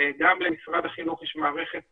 גם למשרד החינוך יש מערכת